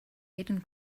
aden